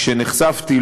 כשנחשפתי,